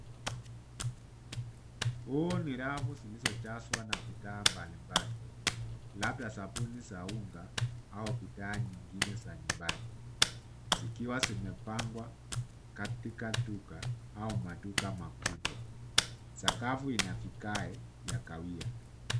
Huu ni rafu zilizojazwa na bidhaa mbali mbali labda sabuni za unga au bidhaa nyingine za nyumbani zikiwa zimepangwa katika duka au maduka makubwa, sakafu ina vigae ya kahawia.